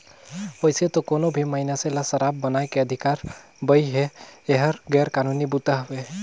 वइसे तो कोनो भी मइनसे ल सराब बनाए के अधिकार बइ हे, एहर गैर कानूनी बूता हवे